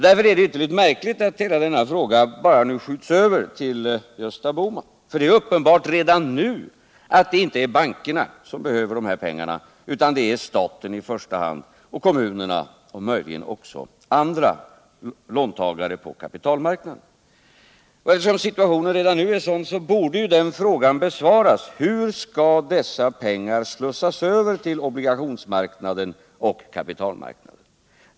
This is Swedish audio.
Därför är det ytterst märkligt att frågan nu bara skjuts över till Gösta Bohman, för det framgår redan nu tydligt att det inte är bankerna som behöver pengarna, utan det är staten i första hand och kommunerna, möjligen också andra låntagare på kapitalmarknaden. Med anledning av nuvarande situation borde frågan besvaras: Hur skall dessa pengar slussas över till obligationsmarknaden och kapitalmarknaden?